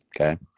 Okay